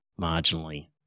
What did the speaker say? marginally